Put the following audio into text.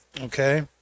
okay